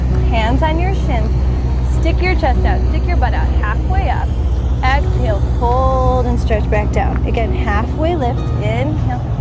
hands on your shins stick your chest out stick your butt out halfway up exhale fold and stretch back down again halfway lift in hill